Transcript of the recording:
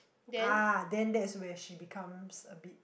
ah then that's where she becomes a bit